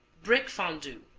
brick fondue